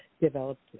developed